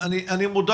אני מודע